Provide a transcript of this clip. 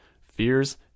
fears